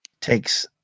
takes